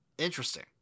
Interesting